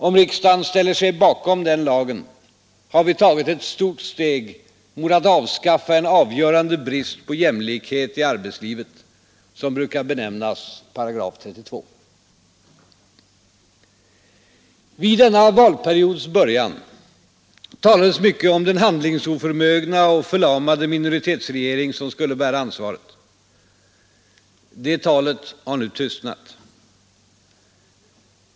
Om riksdagen ställer sig bakom den lagen har vi tagit ett stort steg mot att avskaffa en avgörande brist på jämlikhet i arbetslivet som brukar benämnas § 32. Vid denna valperiods början talades mycket om den handlingsoförmögna och förlamade minoritetsregering som skulle bära ansvaret. Det talet har nu tystnat.